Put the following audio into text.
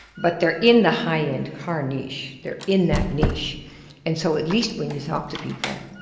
but they're in the high end car niche. they're in that niche and so at least when you talk to people,